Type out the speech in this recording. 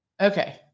Okay